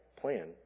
plan